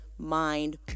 mind